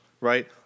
right